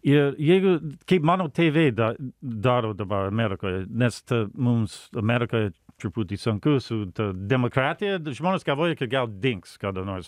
ir jeigu kaip mano tėvai da daro dabar amerikoje nes t mums amerikoj truputį sunku su ta demokratija d žmonės galvoja kad gal dings kada nors